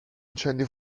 incendi